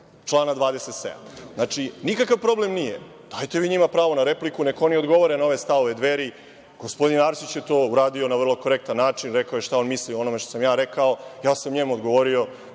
člana 27.Znači, nikakav problem nije, dajte vi njima pravo na repliku, neka oni odgovore na stavove Dveri. Gospodin Arsić je to uradio na vrlo korektan način, rekao je šta on misli o onome što sam ja rekao, ja sam njemu odgovorio.